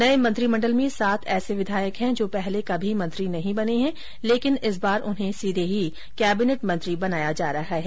नये मंत्रिमंडल में सात ऐसे विधायक है जो पहले कभी मंत्री नहीं बने है लेकिन इस बार उन्हें सीधे ही कैबिनेट मंत्री बनाया जा रहा है